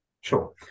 sure